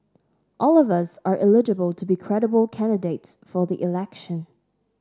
all of us are eligible to be credible candidates for the election